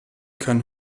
kann